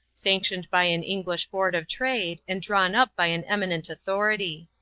sanctioned by an english board of trade, and drawn up by an eminent authority